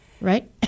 right